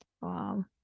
Wow